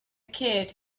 kid